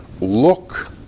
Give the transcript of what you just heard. look